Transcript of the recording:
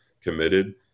committed